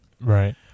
right